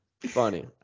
Funny